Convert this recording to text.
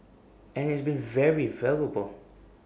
and it's been very valuable